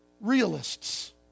realists